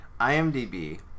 IMDb